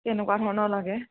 কেনেকুৱা ধৰণৰ লাগে